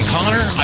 Connor